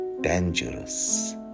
dangerous